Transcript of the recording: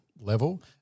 level –